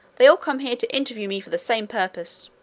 they all come here to interview me for the same purpose,